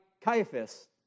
Caiaphas